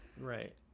right